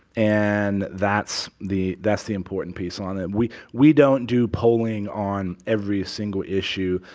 and that's the that's the important piece on it. we we don't do polling on every single issue.